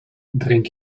drink